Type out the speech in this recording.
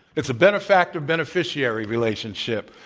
it's a benefactor beneficiary relationship,